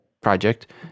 project